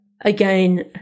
again